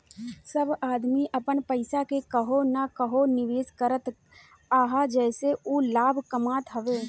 सब आदमी अपन पईसा के कहवो न कहवो निवेश करत हअ जेसे उ लाभ कमात हवे